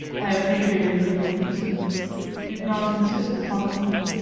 i appreciated her feelings, and did not insist upon a meeting.